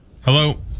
Hello